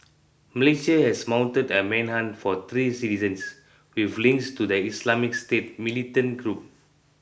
Malaysia has mounted a manhunt for three citizens with links to the Islamic State militant group